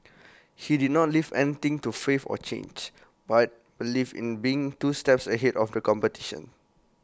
he did not leave anything to faith or chance but believed in being two steps ahead of the competition